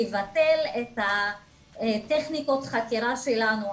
לבטל טכניקות חקירה שלנו.